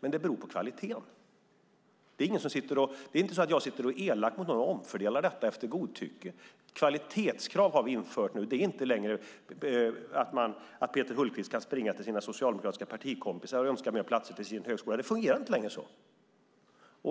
Detta beror dock på kvaliteten och inte på att jag är elak och sitter och omfördelar detta efter godtycke. Vi har infört kvalitetskrav nu. Peter Hultqvist kan inte längre springa till sina socialdemokratiska partikompisar och önska fler platser till sin högskola.